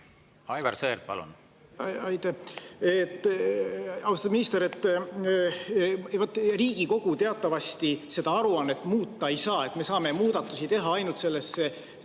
Aivar Sõerd, palun! Aitäh! Austatud minister! Riigikogu teatavasti seda aruannet muuta ei saa. Me saame muudatusi teha ainult sellesse